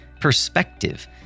perspective